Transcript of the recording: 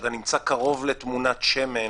כשאתה נמצא קרוב לתמונת שמן